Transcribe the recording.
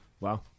wow